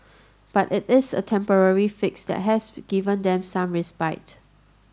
but it is a temporary fix that has given them some respite